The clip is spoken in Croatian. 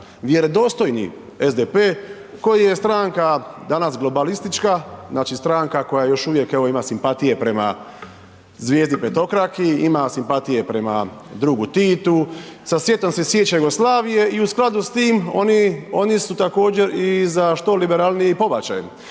vjerodostojni SDP koji je stranka danas globalistička, znači stranka koja još uvijek evo ima simpatije prema zvijezdi petokraki, ima simpatije prema drugu Titu, sa sjetom se sjeća Jugoslavije i u skladu s tim oni, oni su također i za što liberalniji pobačaj.